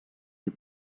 des